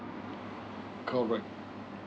correct